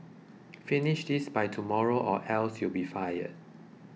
finish this by tomorrow or else you'll be fired